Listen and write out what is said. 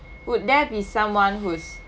would there be someone who's